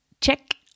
check